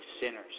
sinners